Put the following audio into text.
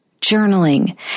journaling